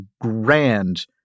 grand